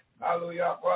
Hallelujah